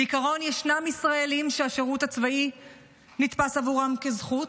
בעיקרון ישנם ישראלים שהשירות הצבאי נתפס עבורם כזכות,